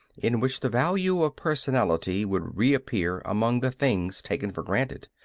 in which the value of personality would reappear among the things taken for granted.